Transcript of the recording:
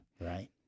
Right